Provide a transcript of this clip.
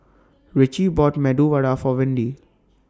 Richie bought Medu Vada For Windy